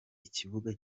ikibuga